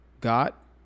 got